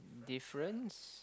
difference